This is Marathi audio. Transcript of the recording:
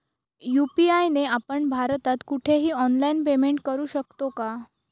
यू.पी.आय ने आपण भारतात कुठेही ऑनलाईन पेमेंट करु शकतो का?